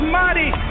mighty